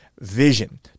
vision